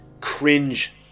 cringe